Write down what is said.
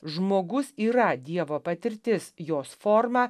žmogus yra dievo patirtis jos forma